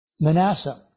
Manasseh